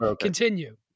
continue